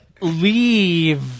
leave